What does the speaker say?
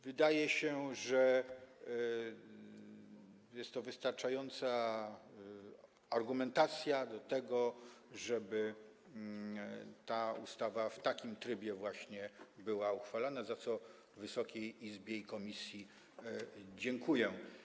Wydaje się, że jest to wystarczająca argumentacja do tego, żeby ta ustawa właśnie w takim trybie była uchwalana, za co Wysokiej Izbie i komisji dziękuję.